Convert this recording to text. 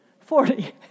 Forty